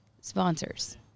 sponsors